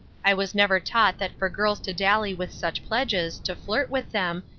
i was never taught that for girls to dally with such pledges, to flirt with them,